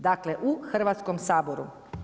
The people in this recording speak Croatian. Dakle, u Hrvatskom saboru.